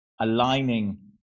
aligning